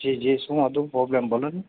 જી જી શું હતું પ્રોબ્લમ બોલો ને